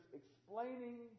explaining